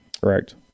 correct